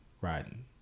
riding